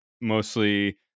mostly